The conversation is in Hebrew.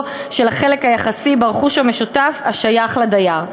של החלק היחסי ברכוש המשותף השייך לדייר".